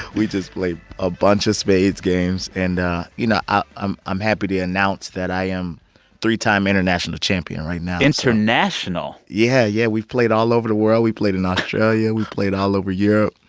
we just play a bunch of spades games. and you know, ah i'm i'm happy to announce that i am three-time international champion right now international? yeah, yeah. we've played all over the world. we played in australia. we played all over europe,